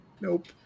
nope